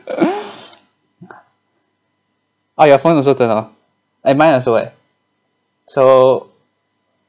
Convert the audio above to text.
ah your phone also turn off eh mine also leh so